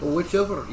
Whichever